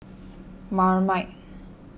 Marmite